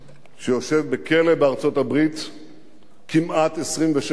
שיושב בכלא בארצות-הברית כמעט 26 שנים.